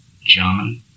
John